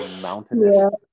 mountainous